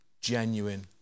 genuine